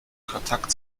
kontakt